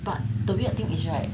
but the weird thing is right